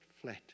flat